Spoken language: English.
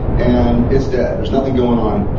and it's dead. there's nothing going on,